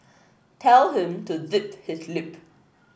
tell him to zip his lip